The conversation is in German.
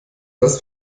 das